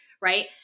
right